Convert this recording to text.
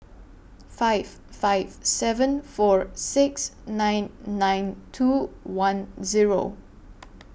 five five seven four six nine nine two one Zero